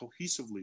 cohesively